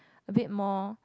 a bit more